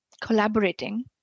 collaborating